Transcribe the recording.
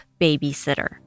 babysitter